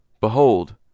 Behold